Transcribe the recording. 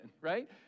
right